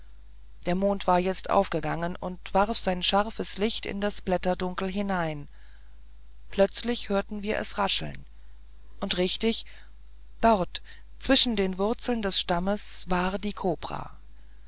der mond war jetzt aufgegangen und warf sein scharfes licht in das blätterdunkel hinein plötzlich hörten wir es rascheln und richtig dort zwischen den wurzeln des stammes war die kobra